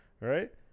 right